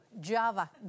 Java